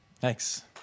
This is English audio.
Thanks